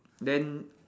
then